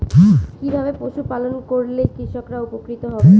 কিভাবে পশু পালন করলেই কৃষকরা উপকৃত হবে?